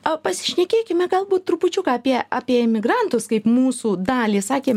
o pasišnekėkime galbūt trupučiuką apie apie emigrantus kaip mūsų dalį sakė